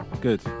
Good